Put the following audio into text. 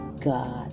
God